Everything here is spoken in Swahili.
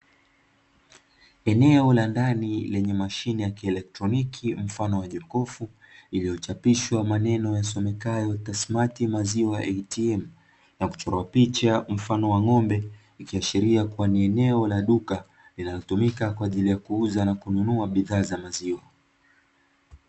Eneo la ndani lenye mashine ya kielektroniki mfano wa jokofu lililochapishwa maneno yasomekayo Tasmati maziwa "ATM". Na kuchorwa picha mfano wa ng’ombe, likiashiria kuwa ni eneo la duka linatumika kwa ajili ya kuuza na kununua bidhaa za maziwa.